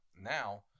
now